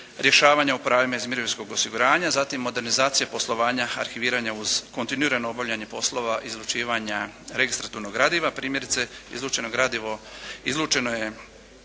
rješavanja o pravima iz mirovinskog osiguranja, zatim modernizacija poslovanja arhiviranja uz kontinuirano obavljanje poslova izlučivanja registraturnog gradiva, primjerice izlučeno je